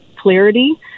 clarity